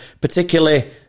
Particularly